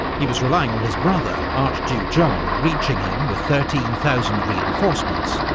he was relying on his brother archduke john reaching him with thirteen thousand reinforcements,